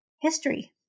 history